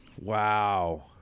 wow